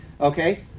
okay